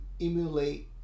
emulate